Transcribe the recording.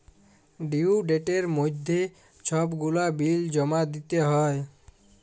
due ডেটের মইধ্যে ছব গুলা বিল জমা দিতে হ্যয়